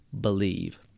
believe